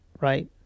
right